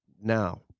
now